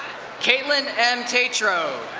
kaitlyn m. tatro.